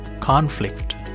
conflict